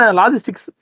logistics